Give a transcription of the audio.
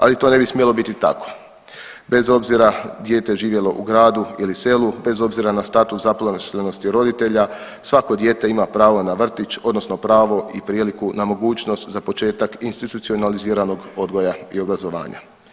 Ali to ne bi smjelo biti tako, bez obzira dijete živjelo u gradu ili selu, bez obzira na status zaposlenosti roditelja svako dijete ima pravo na vrtić odnosno pravo i priliku na mogućnost za početak institucionaliziranog odgoja i obrazovanja.